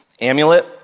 Amulet